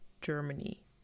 Germany